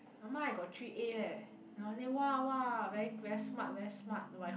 ah-ma I got three A leh then ah-ma say !wah! !wah! very very smart very smart my